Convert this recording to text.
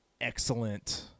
excellent